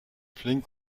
flink